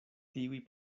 tiuj